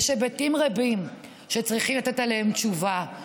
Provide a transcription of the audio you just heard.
יש היבטים רבים שצריך לתת עליהם תשובה,